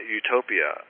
utopia